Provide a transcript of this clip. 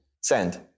Send